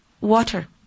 water